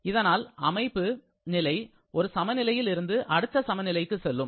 இதனால் அமைப்பு நிலை ஒரு சமநிலையில் இருந்து அடுத்த சமநிலைக்கு செல்லும்